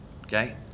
Okay